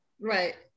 Right